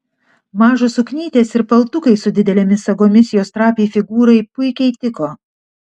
mažos suknytės ir paltukai su didelėmis sagomis jos trapiai figūrai puikiai tiko